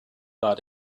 war